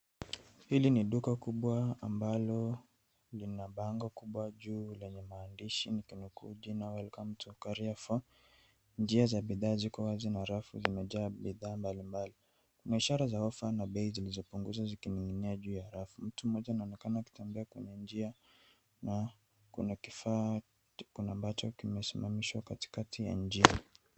Hili ni duka kubwa ambalo lina bango kubwa juu lenye maandishi mekundu welcome to Carrefour . Duka limejaa bidhaa mbali mbali. Biashara na ofa ya bei zilizopunguzwa. Mtu mmoja anaonekana akitembea kwenye njia ambacho kimesimamishwa katika njia.